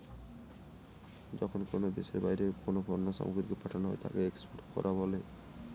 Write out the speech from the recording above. যখন কোনো দেশের বাইরে কোনো পণ্য সামগ্রীকে পাঠানো হয় তাকে এক্সপোর্ট করা বলা হয়